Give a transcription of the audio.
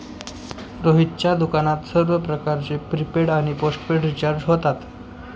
रोहितच्या दुकानात सर्व प्रकारचे प्रीपेड आणि पोस्टपेड रिचार्ज होतात